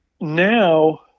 now